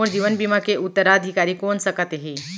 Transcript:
मोर जीवन बीमा के उत्तराधिकारी कोन सकत हे?